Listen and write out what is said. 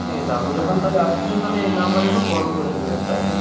ঠিক আছে আপনি যখন তাহলে আসবেন তাহলে এই নাম্বারে একটু কল করে নেবেন কেমন